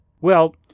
Well